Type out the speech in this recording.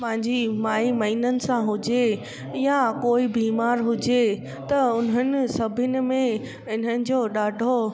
पंहिंजी माई महीननि सां हुजे या कोई बीमार हुजे त उन्हनि सभिनी में इन्हनि जो ॾाढो